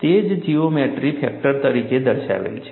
તે જ geometry factor તરીકે દર્શાવેલ છે